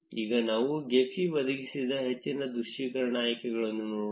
ಈಗ ನಾವು ಗೆಫಿ ಒದಗಿಸಿದ ಹೆಚ್ಚಿನ ದೃಶ್ಯೀಕರಣ ಆಯ್ಕೆಗಳನ್ನು ನೋಡೋಣ